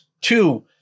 two